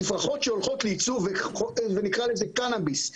תפרחות שהולכות לייצור ונקרא לזה קנאביס,